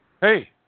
Hey